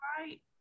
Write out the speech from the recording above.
right